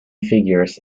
figures